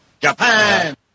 Japan